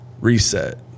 reset